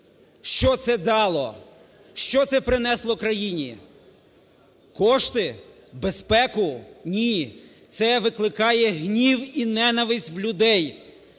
Що це дало, що це принесло країні: кошти, безпеку? Ні, це викликає гнів і ненависть в людей,